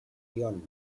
yonne